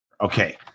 Okay